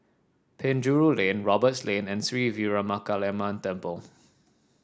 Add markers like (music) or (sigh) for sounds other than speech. Penjuru Lane Roberts Lane and Sri Veeramakaliamman Temple (noise)